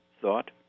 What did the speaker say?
thought